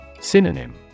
Synonym